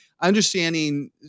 understanding